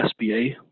SBA